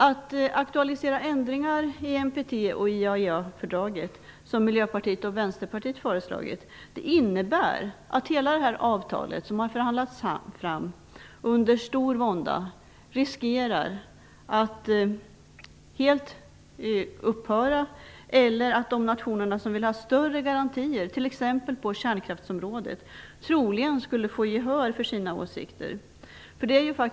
Att aktualisera ändringar i NPT och i IAEA-fördraget, som Miljöpartiet och Vänsterpartiet föreslagit, innebär att hela det avtal som har förhandlats fram under stor vånda riskerar att helt upphöra eller att de nationer som vill ha större garantier, t.ex. på kärnkraftsområdet, troligen skulle få gehör för sina åsikter.